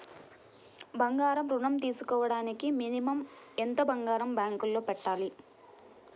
బంగారం ఋణం తీసుకోవడానికి మినిమం ఎంత బంగారం బ్యాంకులో పెట్టాలి?